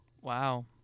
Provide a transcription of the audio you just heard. Wow